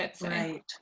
Right